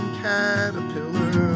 caterpillar